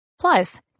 Plus